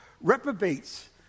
reprobates